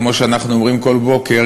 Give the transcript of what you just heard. כמו שאנחנו אומרים כל בוקר,